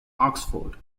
oxford